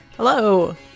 Hello